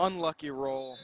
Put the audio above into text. unlucky roll